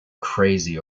crazy